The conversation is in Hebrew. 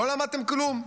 לא למדתם כלום?